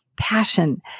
passion